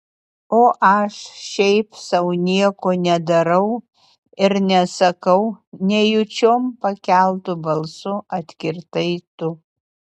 o aš šiaip sau nieko nedarau ir nesakau nejučiom pakeltu balsu atkirtai tu